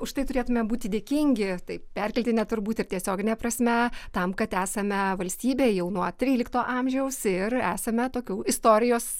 už tai turėtume būti dėkingi tai perkeltine turbūt ir tiesiogine prasme tam kad esame valstybė jau nuo trylikto amžiaus ir esame tokių istorijos